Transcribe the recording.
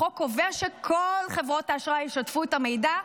החוק קובע שכל חברות האשראי ישתפו את המידע,